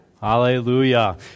Hallelujah